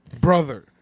brother